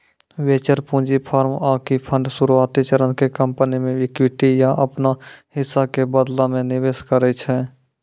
venture पूंजी firm आकि fund शुरुआती चरण के कंपनी मे इक्विटी या अपनो हिस्सा के बदला मे निवेश करै छै